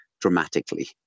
dramatically